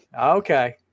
Okay